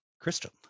Christian